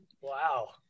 Wow